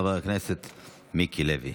חבר הכנסת מיקי לוי.